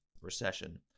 recession